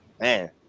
Man